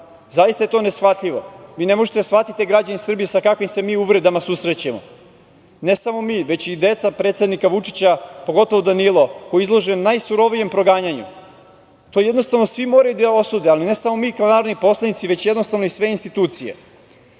Zaista je to neshvatljivo. Vi ne možete da shvatite, građani Srbije, sa kakvim se mi uvredama susrećemo. Ne samo mi, već i deca predsednika Vučića, pogotovo Danilo, koji izlaže najsurovijem proganjanju. To, jednostavno svi moraju da osude, ali ne samo mi kao narodni poslanici, već jednostavno, i sve institucije. Njihov